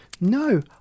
No